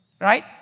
right